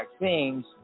vaccines